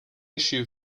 issue